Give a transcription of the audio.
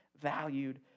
valued